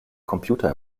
computer